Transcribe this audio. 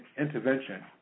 intervention